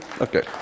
Okay